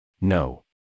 No